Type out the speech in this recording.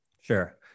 Sure